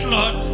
Lord